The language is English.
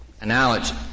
analogy